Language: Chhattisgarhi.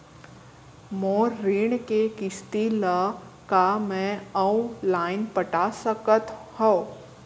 मोर ऋण के किसती ला का मैं अऊ लाइन पटा सकत हव?